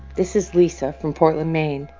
this is lisa from portland, maine.